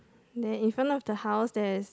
then in front of the house there is